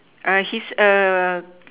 err his err